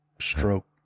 stroke